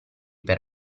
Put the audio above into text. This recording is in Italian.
per